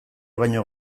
baino